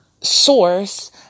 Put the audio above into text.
source